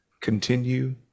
continue